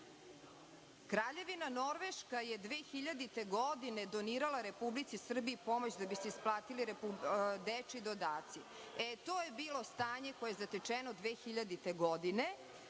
Kraljevina Norveška je 2000. godine donirala Republici Srbiji pomoć da bi se isplatili dečiji dodaci. To je bilo stanje koje je zatečeno 2000. godine.